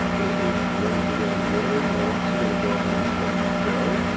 is ready to go in the morning, but i'm also gonna go ahead and click go.